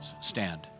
Stand